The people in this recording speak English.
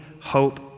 hope